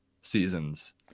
seasons